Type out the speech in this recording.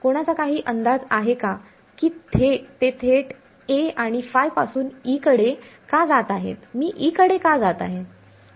कोणाचा काही अंदाज आहे का की ते थेट A आणि ϕ पासून E कडे का जात आहेत मी E का जात आहे